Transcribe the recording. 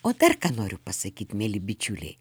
o dar ką noriu pasakyt mieli bičiuliai